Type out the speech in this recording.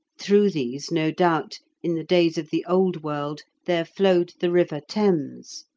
through these, no doubt, in the days of the old world there flowed the river thames.